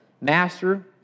master